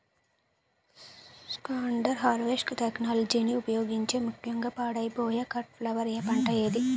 Standard harvest టెక్నాలజీని ఉపయోగించే ముక్యంగా పాడైపోయే కట్ ఫ్లవర్ పంట ఏది?